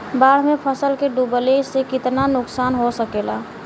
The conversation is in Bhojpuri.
बाढ़ मे फसल के डुबले से कितना नुकसान हो सकेला?